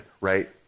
Right